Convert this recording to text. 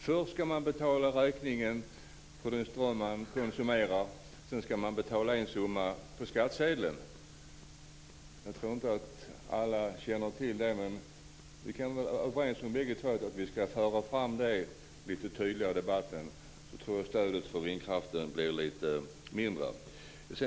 Först ska man betala räkningen på den ström som man konsumerar, och sedan ska man betala en summa på skattsedeln. Jag tror inte att alla känner till det här, men vi kan väl båda vara överens om att föra fram det lite tydligare i debatten. Då blir stödet för vindkraften lite mindre.